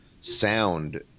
sound